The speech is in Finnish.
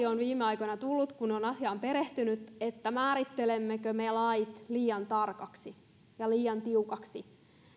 on viime aikoina tullut kun on asiaan perehtynyt että määrittelemmekö me lait liian tarkaksi ja liian tiukaksi